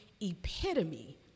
epitome